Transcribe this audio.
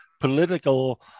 political